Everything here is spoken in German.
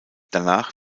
danach